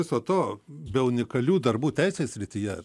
viso to be unikalių darbų teisės srityje